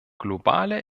globale